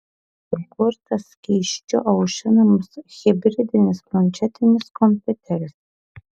sukurtas skysčiu aušinamas hibridinis planšetinis kompiuteris